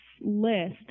list